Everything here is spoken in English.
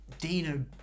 Dino